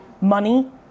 money